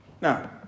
Now